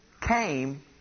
came